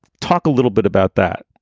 talk a little bit about that.